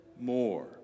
more